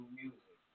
music